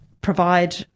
provide